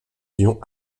ions